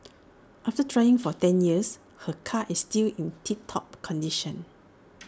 after driving for ten years her car is still in tip top condition